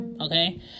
okay